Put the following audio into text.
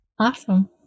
Awesome